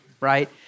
Right